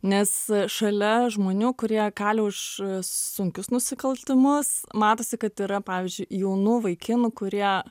nes šalia žmonių kurie kali už sunkius nusikaltimus matosi kad yra pavyzdžiui jaunų vaikinų kurie